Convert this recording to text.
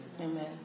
Amen